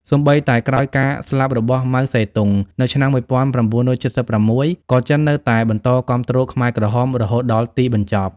សូម្បីតែក្រោយការស្លាប់របស់ ម៉ៅ សេទុង នៅឆ្នាំ១៩៧៦ ក៏ចិននៅតែបន្តគាំទ្រខ្មែរក្រហមរហូតដល់ទីបញ្ចប់។